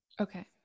Okay